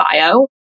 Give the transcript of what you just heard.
bio